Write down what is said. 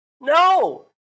No